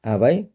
हँ भाइ